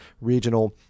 regional